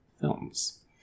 films